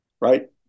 Right